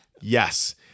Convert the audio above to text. yes